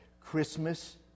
Christmas